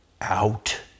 out